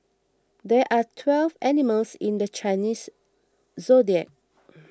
there are twelve animals in the Chinese zodiac